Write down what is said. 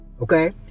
okay